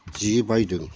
जि बायदों